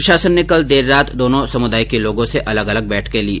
प्रशासन ने कल देर रात दोनों समुदाय के लोगों से अलग अलग बैठकें ली